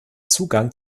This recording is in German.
zugang